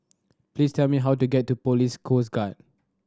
please tell me how to get to Police Coast Guard